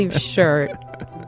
shirt